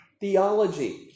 theology